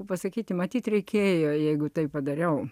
pasakyti matyt reikėjo jeigu taip padariau